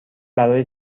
برای